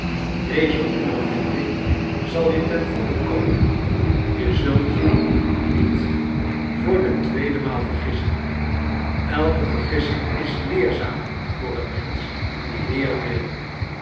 deze ondervinding zal je tengoede komen je zult je niet voor de tweede maal vergissen elke vergissing is leerzaam voor een mensch die leeren wil